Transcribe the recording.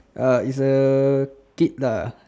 ah is a kid lah